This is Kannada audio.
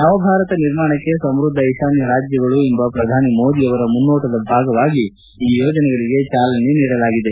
ನವಭಾರತ ನಿರ್ಮಾಣಕ್ಕೆ ಸಮ್ನದ್ದ ಈಶಾನ್ನ ರಾಜ್ಯಗಳು ಎಂಬ ಪ್ರಧಾನಿ ಮೋದಿ ಅವರ ಮುನ್ನೋಟದ ಭಾಗವಾಗಿ ಈ ಯೋಜನೆಗಳಿಗೆ ಚಾಲನೆ ನೀಡಲಾಗಿದೆ